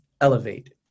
Elevate